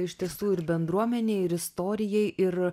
iš tiesų ir bendruomenei ir istorijai ir